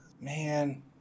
Man